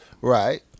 Right